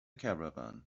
caravan